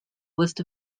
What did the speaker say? list